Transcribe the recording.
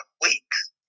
weeks